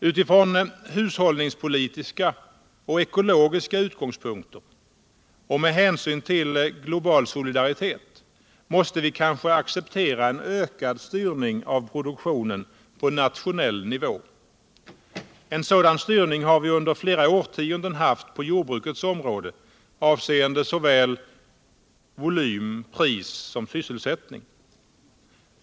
Utifrån hushållningspolitiska och ekologiska utgångspunkter och med hänsyn till global solidaritet måste vi kanske acceptera en ökad styrning av produktionen på nationell nivå. En sådan styrning har vi under flera årtionden haft på jordbrukets område, avseende såväl volym och pris som sysselsättning.